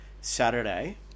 Saturday